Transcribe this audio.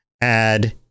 add